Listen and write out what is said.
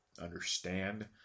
understand